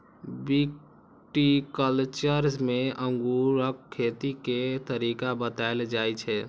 viticulture मे अंगूरक खेती के तरीका बताएल जाइ छै